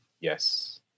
yes